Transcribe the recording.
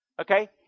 Okay